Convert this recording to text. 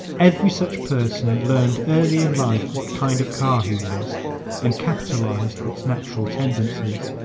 every such person learned early in life what kind of car he was and capitalized its natural tendencies.